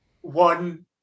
one